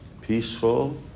peaceful